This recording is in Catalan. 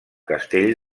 castell